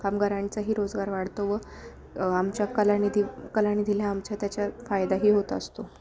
कामगारांचाही रोजगार वाढतो व आमच्या कलानिधी कलानिधीला आमच्या त्याच्या फायदाही होत असतो